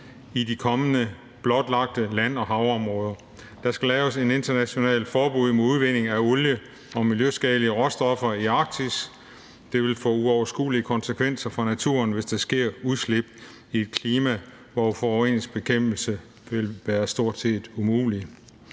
i de kommende blotlagte land- og havområder. Der skal laves et internationalt forbud mod udvinding af olie og miljøskadelige råstoffer i Arktis. Det vil få uoverskuelige konsekvenser for naturen, hvis der sker udslip i et klima, hvor forureningsbekæmpelse vil være stort set umuligt.